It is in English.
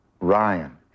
Ryan